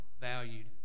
valued